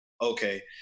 Okay